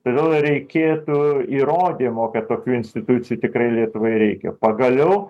todėl reikėtų įrodymo kad tokių institucijų tikrai lietuvoje reikia pagaliau